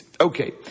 Okay